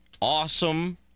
awesome